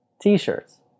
T-shirts